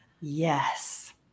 Yes